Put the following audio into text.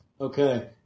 Okay